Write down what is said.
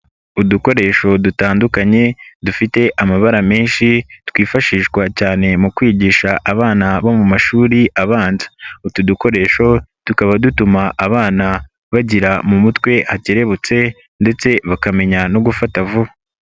Udukoresho dutandukanye, dufite amabara menshi, twifashishwa cyane mu kwigisha abana bo mu mashuri abanza. Utu dukoresho, tukaba dutuma abana bagira mu mutwe hakerebutse ndetse bakamenya no gufata vuba.